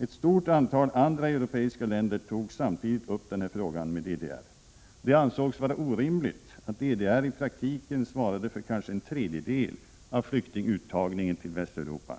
En stort antal andra europeiska länder tog samtidigt upp denna fråga med DDR. Det ansågs vara orimligt att DDR i praktiken svarade för kanske en tredjedel av flyktinguttagningen till Västeuropa.